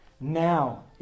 Now